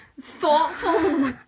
thoughtful